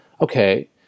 okay